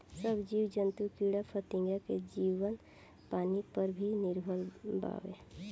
सब जीव जंतु कीड़ा फतिंगा के जीवन पानी पर ही निर्भर बावे